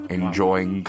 enjoying